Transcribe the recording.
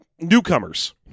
newcomers